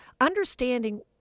understanding